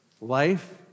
life